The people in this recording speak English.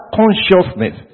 consciousness